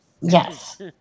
Yes